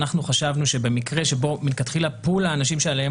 אנחנו חשבנו שבמקרה שבו מלכתחילה פול האנשים שעליהם